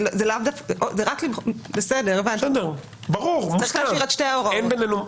אז צריך להשאיר את שתי ההוראות.